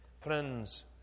Friends